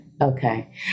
Okay